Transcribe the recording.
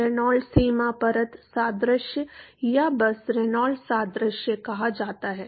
Reynolds सीमा परत सादृश्य या बस रेनॉल्ड्स सादृश्य कहा जाता है